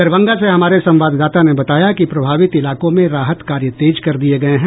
दरभंगा से हमारे संवाददाता ने बताया कि प्रभावित इलाकों में राहत कार्य तेज कर दिये गये हैं